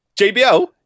jbl